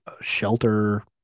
shelter